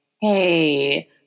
Hey